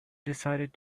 decided